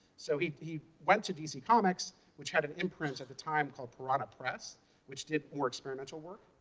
so he he went to dc comics, which had an imprint at the time called piranha press which did more experimental work.